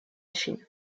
chine